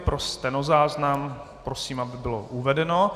Pro stenozáznam prosím, aby bylo uvedeno.